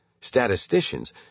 statisticians